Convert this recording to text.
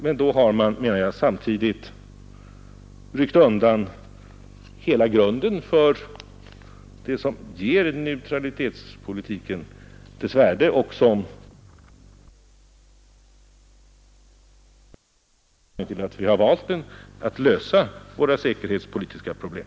Men då har man samtidigt ryckt undan hela grunden för det som ger neutralitetspolitiken dess värde och som är anledningen till att vi i den har valt lösningen av våra säkerhetspolitiska problem.